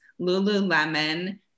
Lululemon